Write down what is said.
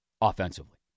offensively